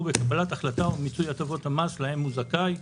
בקבלת החלטה ומיצוי הטבות המס להם הוא זכאי.